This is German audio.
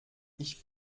ich